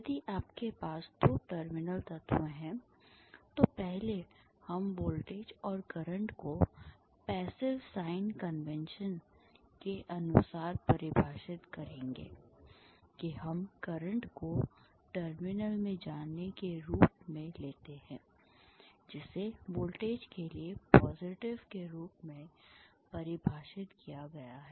यदि आपके पास दो टर्मिनल तत्व हैं तो पहले हम वोल्टेज और करंट को पैसिव साइन कन्वेंशन के अनुसार परिभाषित करेंगे कि हम करंट को टर्मिनल में जाने के रूप में लेते हैं जिसे वोल्टेज के लिए पॉजिटिव के रूप में परिभाषित किया गया है